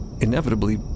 inevitably